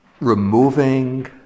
removing